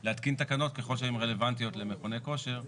להתקין תקנות ככל שהן רלוונטיות למכוני כושר,